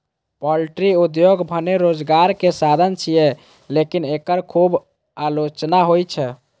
poultry उद्योग भने रोजगारक साधन छियै, लेकिन एकर खूब आलोचना होइ छै